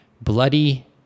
Bloody